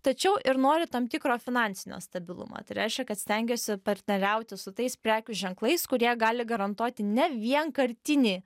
tačiau ir nori tam tikro finansinio stabilumo tai reiškia kad stengiasi partneriauti su tais prekių ženklais kurie gali garantuoti ne vienkartinį